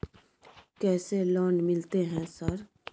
कैसे लोन मिलते है सर?